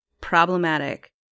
problematic